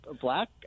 black